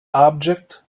object